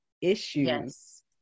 issues